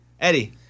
Eddie